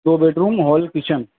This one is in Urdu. do bedroom hall kitchen